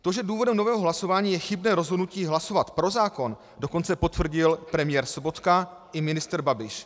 To, že důvodem nového hlasování je chybné rozhodnutí hlasovat pro zákon, dokonce potvrdil premiér Sobotka i ministr Babiš.